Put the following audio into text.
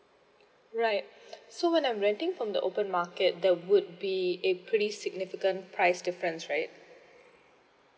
right so when I'm renting from the open market that would be a pretty significant price difference right